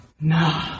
Nah